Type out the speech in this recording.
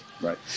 Right